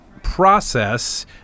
process